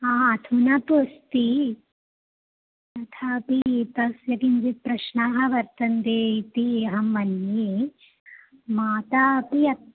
हा हा अधुना तु अस्ति तथापि तस्य किञ्चिद् प्रश्नः वर्तते इति अहं मन्ये मातापि अत्